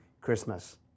Christmas